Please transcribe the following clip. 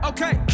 Okay